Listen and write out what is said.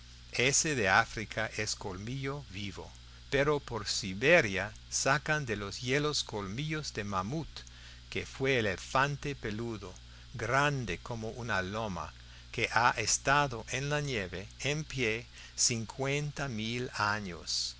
ese de áfrica es colmillo vivo pero por siberia sacan de los hielos colmillos del mamut que fue el elefante peludo grande como una loma que ha estado en la nieve en pie cincuenta mil años